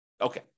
Okay